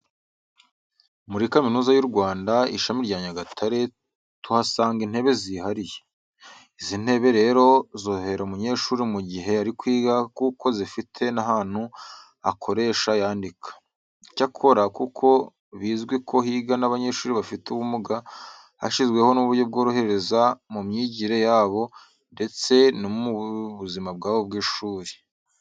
Muri Kaminuza y'u Rwanda, Ishami rya Nyagatare tuhasanga intebe zihariye. Izi ntebe rero zorohereza umunyeshuri mu gihe ari kwiga kuko zifite n'ahantu akoresha yandika. Icyakora kuko bizwi ko higa n'abanyeshuri bafite ubumuga hashyizweho uburyo buborohereza mu myigire yabo ndetse no mu buzima bwabo bw'ishuri.